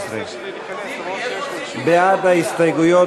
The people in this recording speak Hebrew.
עכשיו אנחנו מצביעים על ההסתייגויות